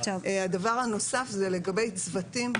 הדבר הנוסף זה לגבי צוותים,